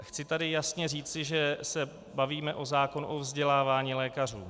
Chci tady jasně říci, že se bavíme o zákonu o vzdělávání lékařů.